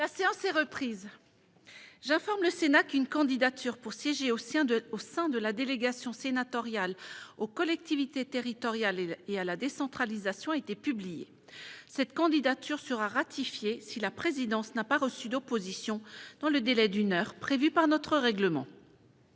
La séance est reprise. J'informe le Sénat qu'une candidature pour siéger au sein de la délégation sénatoriale aux collectivités territoriales et à la décentralisation a été publiée. Cette candidature sera ratifiée si la présidence n'a pas reçu d'opposition dans le délai d'une heure prévu par notre règlement.